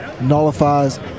nullifies